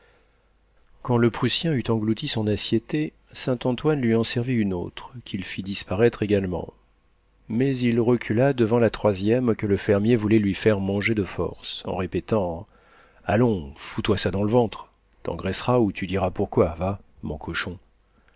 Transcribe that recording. quand le prussien eut englouti son assiettée saint-antoine lui en servit une autre qu'il fit disparaître également mais il recula devant la troisième que le fermier voulait lui faire manger de force en répétant allons fous toi ça dans le ventre t'engraisseras ou tu diras pourquoi va mon cochon